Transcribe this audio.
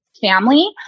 family